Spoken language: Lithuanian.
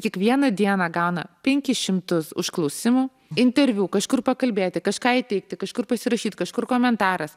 kiekvieną dieną gauna penkis šimtus užklausimų interviu kažkur pakalbėti kažką įteigti kažkur pasirašyt kažkur komentaras